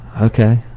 Okay